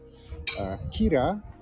Kira